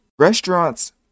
restaurants